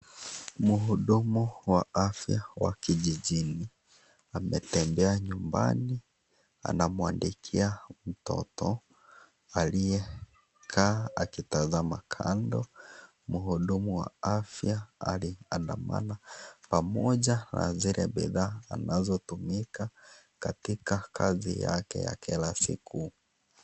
Mhudumu wa afya wa kijijini ametembea nyumbani anamwandikia mtoto aliyekaa akitazama kando , mhudumu wa afya aliandamana pamoja na zile bidhaa zinazotumika katika kazi yake ya kila siku.